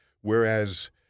whereas